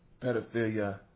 pedophilia